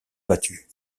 battue